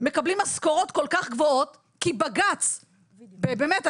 מקבלים משכורות כול כך גבוהות כי בג"ץ באמת,